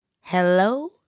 Hello